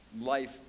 life